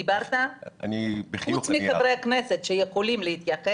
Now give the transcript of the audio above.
אני גם אשמח לדעת